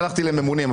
הלכתי לממונים,